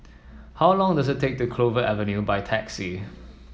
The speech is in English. how long does it take to Clover Avenue by taxi